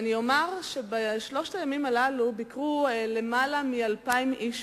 אני אומר שבשלושת הימים הללו ביקרו למעלה מ-2,000 איש,